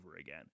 again